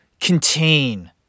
contain